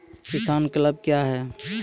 किसान क्लब क्या हैं?